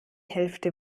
hälfte